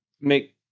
make